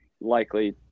likely